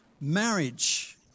marriage